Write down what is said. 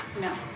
No